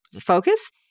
focus